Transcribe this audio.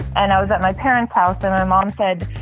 and i was at my parents house and my mom said,